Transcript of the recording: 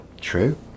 True